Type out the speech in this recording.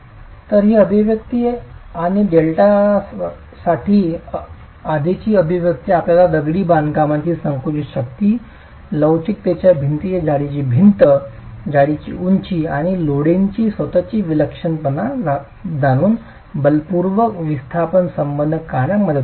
तर ही अभिव्यक्ती आणि डेल्टासाठी आधीची अभिव्यक्ती आपल्याला दगडी बांधकामाची संकुचित शक्ती लवचिकतेच्या भिंतीच्या जाडीची भिंत जाडीची उंची आणि लोडिंगची स्वतःची विक्षिप्तपणा जाणून बलपूर्वक विस्थापन संबंध काढण्यास मदत करू शकते